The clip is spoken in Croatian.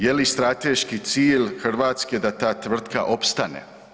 Je li strateški cilj Hrvatske da ta tvrtka opstane?